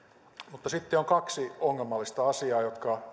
mutta sitten on kaksi ongelmallista asiaa jotka